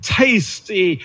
tasty